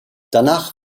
danach